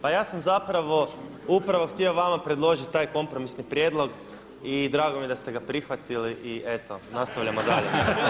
Pa ja sam zapravo upravo htio vama predložiti taj kompromisni prijedlog i drago mi je da ste ga prihvatili i eto nastavljamo dalje.